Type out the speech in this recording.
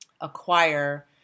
acquire